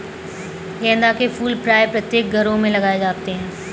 गेंदा के फूल प्रायः प्रत्येक घरों में लगाए जाते हैं